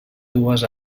dues